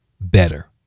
better